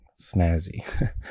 snazzy